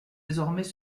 désormais